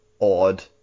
odd